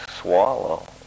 swallow